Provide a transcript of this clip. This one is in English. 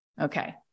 Okay